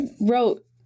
wrote